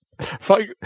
fuck